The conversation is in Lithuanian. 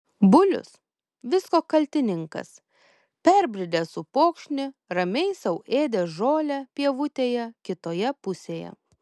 bulius visko kaltininkas perbridęs upokšnį ramiai sau ėdė žolę pievutėje kitoje pusėje